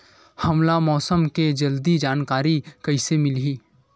हमला मौसम के जल्दी जानकारी कइसे मिलही?